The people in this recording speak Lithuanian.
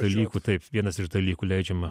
dalykų taip vienas iš dalykų leidžiama